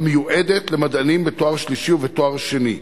המיועדת למדענים בתואר שלישי ובתואר שני.